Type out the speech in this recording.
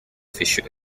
facial